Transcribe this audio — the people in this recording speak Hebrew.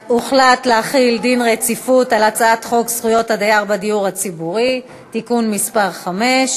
להחיל דין רציפות על הצעת חוק זכויות הדייר בדיור הציבורי (תיקון מס' 5)